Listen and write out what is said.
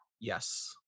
yes